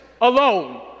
alone